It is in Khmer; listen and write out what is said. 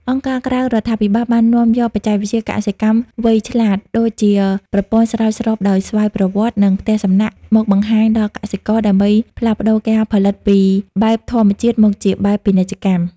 អង្គការក្រៅរដ្ឋាភិបាលបាននាំយកបច្ចេកវិទ្យាកសិកម្មវៃឆ្លាត ដូចជាប្រព័ន្ធស្រោចស្រពដោយស្វ័យប្រវត្តិ និងផ្ទះសំណាញ់មកបង្ហាញដល់កសិករ ដើម្បីផ្លាស់ប្តូរការផលិតពីបែបធម្មជាតិមកជាបែបពាណិជ្ជកម្ម។